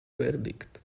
verdict